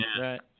Right